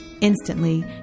Instantly